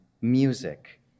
music